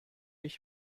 ich